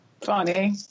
funny